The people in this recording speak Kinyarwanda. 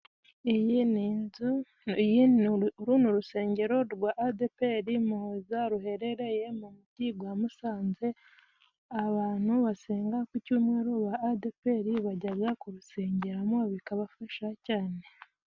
Uru ni urusengero rwa Adeperi Muhoza ruherereye mu mujyi wa Musanze, abantu basenga ku cyumweru ba Adeperi bajya kurusengeramo bikabafasha cyane.